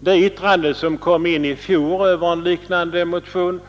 I det yttrande som Sveriges frikyrkoråd avgav i fjol över en liknande motion